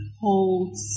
holds